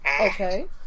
Okay